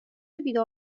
بیدار